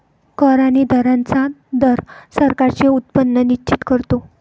कर आणि दरांचा दर सरकारांचे उत्पन्न निश्चित करतो